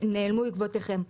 נעלמו עקבותיכם.